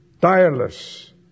Tireless